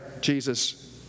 Jesus